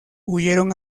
huyeron